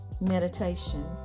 meditation